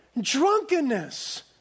Drunkenness